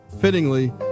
Fittingly